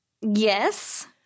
yes